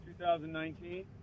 2019